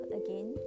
again